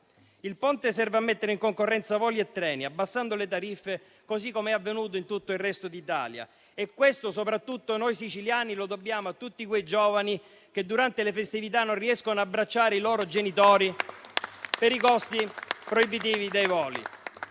Il Ponte serve a mettere in concorrenza voli e treni abbassando le tariffe così come è avvenuto in tutto il resto d'Italia e questo soprattutto noi siciliani lo dobbiamo a tutti quei giovani che durante le festività non riescono ad abbracciare i loro genitori per i costi proibitivi dei voli.